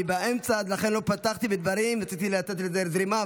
אני באמצע, לכן לא פתחתי בדברים, רציתי לתת זרימה.